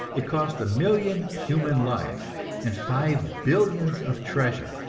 it cost a million human lives and five billions of treasure,